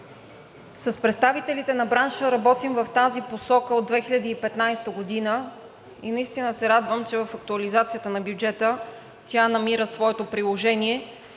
С представителите на бранша работим в тази посока от 2015 г. и наистина се радвам, че в актуализацията на бюджета тя намира своето приложение